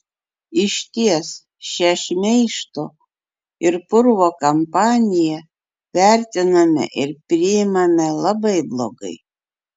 išties šią šmeižto ir purvo kampaniją vertiname ir priimame labai blogai